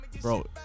bro